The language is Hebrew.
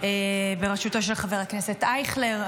בראשותו של חבר הכנסת אייכלר.